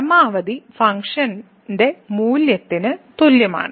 പരമാവധി ഫംഗ്ഷൻ മൂല്യത്തിന് തുല്യമാണ്